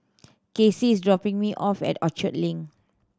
Casey is dropping me off at Orchard Link